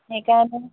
সেইকাৰণে